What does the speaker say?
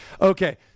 Okay